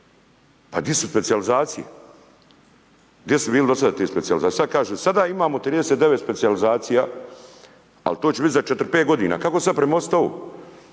A di su specijalizacije? Gdje su bili do sada ti specijalizanti? Sad kažu, sada imamo 39 specijalizacija ali to će biti za 4, 5 godina. Kako sada premostiti